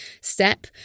step